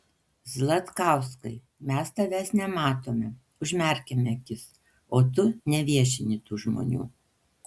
zlatkauskai mes tavęs nematome užmerkiame akis o tu neviešini tų žmonių